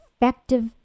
effective